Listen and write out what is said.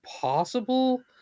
possible